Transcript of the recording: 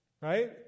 Right